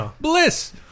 Bliss